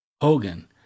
Hogan